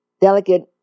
delicate